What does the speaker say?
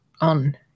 on